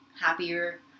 happier